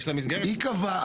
היא קבעה.